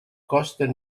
costen